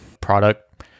product